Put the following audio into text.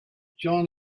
john